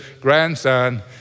grandson